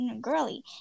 girly